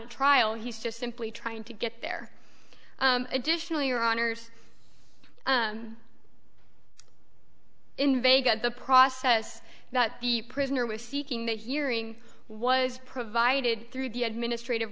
a trial he's just simply trying to get there additionally or honors in vegas the process that the prisoner was seeking the hearing was provided through the administrative